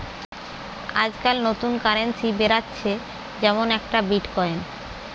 আজকাল নতুন কারেন্সি বেরাচ্ছে যেমন একটা বিটকয়েন